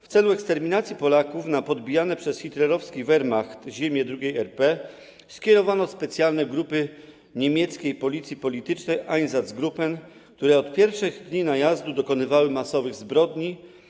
W celu eksterminacji Polaków na podbijane przez hitlerowski Wehrmacht ziemie II RP skierowano specjalne grupy niemieckiej policji politycznej - Einsatzgruppen, które od pierwszych dni najazdu dokonywały masowych zbrodni.